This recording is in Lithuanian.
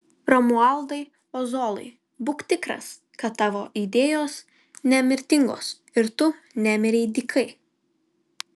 romualdai ozolai būk tikras kad tavo idėjos nemirtingos ir tu nemirei dykai